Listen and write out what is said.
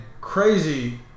crazy